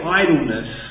idleness